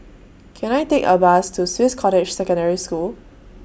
Can I Take A Bus to Swiss Cottage Secondary School